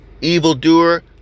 evildoer